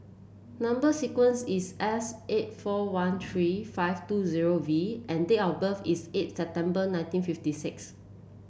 number sequence is S eight four one three five two zero V and date of birth is eight September nineteen fifty six